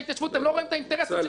לא רואים את האינטרס של מדינת ישראל.